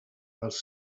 dels